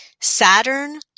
Saturn